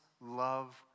love